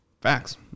Facts